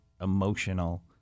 emotional